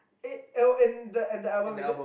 it oh in the album is it